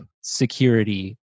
security